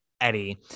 Eddie